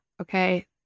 okay